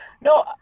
No